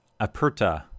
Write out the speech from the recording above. aperta